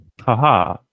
Haha